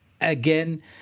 again